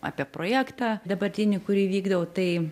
apie projektą dabartinį kurį vykdau tai